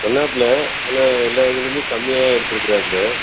சொன்னாப்புல என்ன எல்லா இதிலையுமே கம்மியாக எடுத்திருக்கறாப்புல